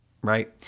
right